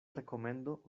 rekomendo